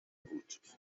بود